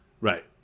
Right